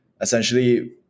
Essentially